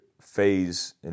phase